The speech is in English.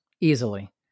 easily